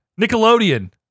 Nickelodeon